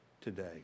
today